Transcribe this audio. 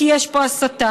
כי יש פה הסתה,